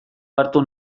hartu